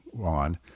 on